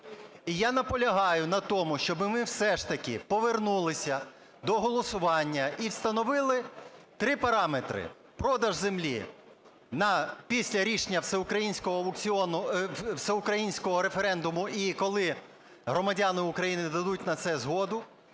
я наполягаю на тому, щоб ми все ж таки повернулися до голосування і встановили три параметри. Продаж землі після рішення всеукраїнського референдуму і коли громадяни України дадуть на це згоду.